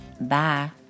bye